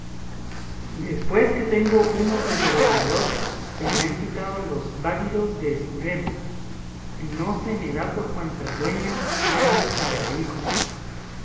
después que tengo humos de gobernador se me han quitado los váguidos de escudero y no se me da por cuantas dueñas hay un